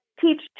teach